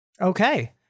okay